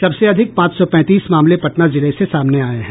सबसे अधिक पांच सौ पैंतीस मामले पटना जिले से सामने आये हैं